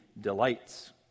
delights